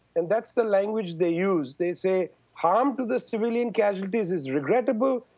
and that's the language they use, they say harm to the civilian casualties is regrettable,